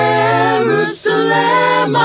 Jerusalem